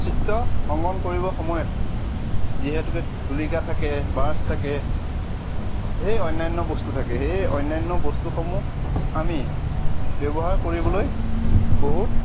চিত্ৰ অংকন কৰিব সময়ত যিহেতুকে তুলিকা থাকে ব্ৰাছ থাকে ঢেৰ অনান্য বস্তু থাকে সেই অন্যান্য বস্তুসমূহ আমি ব্যৱহাৰ কৰিবলৈ বহুত